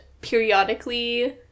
periodically